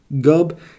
gub